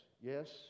yes